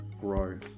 grow